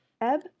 Ebb